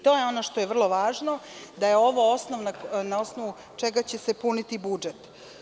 To je ono što je vrlo važno, da je ovo osnov na osnovu čega će se puniti budžet.